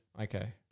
Okay